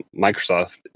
Microsoft